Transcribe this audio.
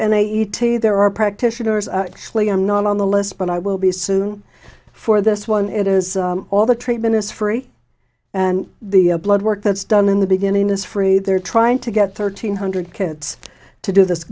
t there are practitioners actually i'm not on the list but i will be soon for this one it is all the treatment is free and the blood work that's done in the beginning this free they're trying to get thirteen hundred kids to do this